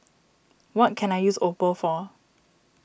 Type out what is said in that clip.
what can I use Oppo for